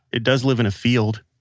it does live in a field,